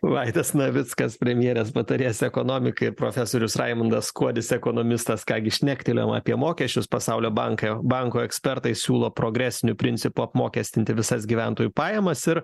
vaidas navickas premjerės patarėjas ekonomikai profesorius raimundas kuodis ekonomistas ką gi šnektelėjom apie mokesčius pasaulio banką banko ekspertai siūlo progresiniu principu apmokestinti visas gyventojų pajamas ir